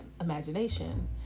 imagination